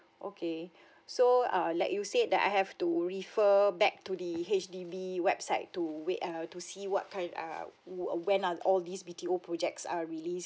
okay so err like you said that I have to refer back to the H_D_B website to wait err to see what kind err w~ uh when are all these B_T_O projects are released